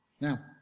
Now